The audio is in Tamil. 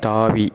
தாவி